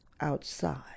outside